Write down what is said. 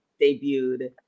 debuted